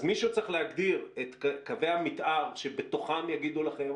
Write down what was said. אז מישהו צריך להגדיר את קווי המתאר שבתוכם יגידו לכם,